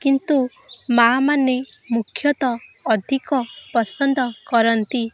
କିନ୍ତୁ ମାଆମାନେ ମୁଖ୍ୟତଃ ଅଧିକ ପସନ୍ଦ କରନ୍ତି